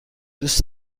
دوست